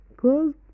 Close